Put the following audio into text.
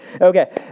Okay